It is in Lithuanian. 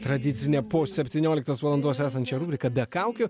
tradicinę po septynioliktos valandos esančia rubrika be kaukių